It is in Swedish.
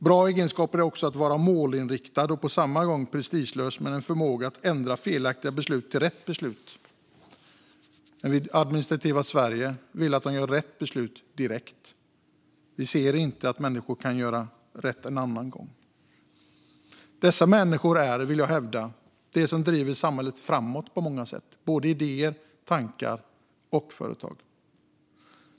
Bra egenskaper är också att vara målinriktad och på samma gång prestigelös och ha en förmåga att ändra felaktiga beslut till rätt beslut. Men vi i det administrativa Sverige vill att de fattar rätt beslut direkt. Vi ser inte att människor kan göra rätt en annan gång. Dessa människor är, vill jag hävda, de som driver samhället framåt på många sätt med idéer, tankar och företag.